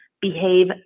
behave